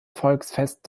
volksfest